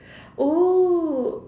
oh